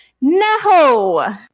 No